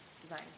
design